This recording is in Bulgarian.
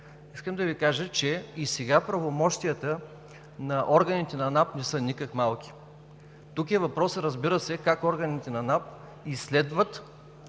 Искам да Ви кажа, че и сега правомощията на органите на НАП не са никак малки. Тук е въпросът, разбира се, как органите на НАП изследват